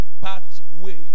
Pathway